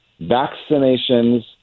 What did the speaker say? Vaccinations